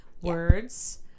words